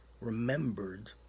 remembered